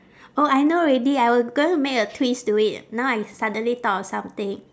oh I know already I was going to make a twist to it now I suddenly thought of something